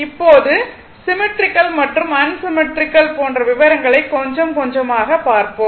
இப்போது சிம்மெட்ரிக்கல் மற்றும் அன்சிம்மெட்ரிக்கல் போன்ற விவரங்களை கொஞ்சம் கொஞ்சமாக பார்ப்போம்